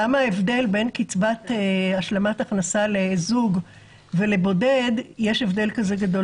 למה ההבדל בין קצבת השלמת הכנסה לזוג ולבודד יש הבדל כזה גדול?